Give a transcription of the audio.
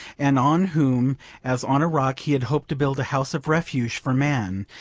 and on whom as on a rock he had hoped to build a house of refuge for man,